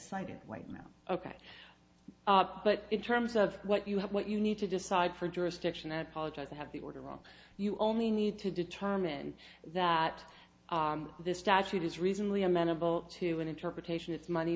cited white males ok but in terms of what you have what you need to decide for jurisdiction at colleges have the order wrong you only need to determine that this statute is reasonably amenable to an interpretation it's money